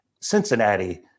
Cincinnati